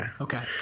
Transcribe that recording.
Okay